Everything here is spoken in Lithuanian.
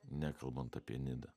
nekalbant apie nidą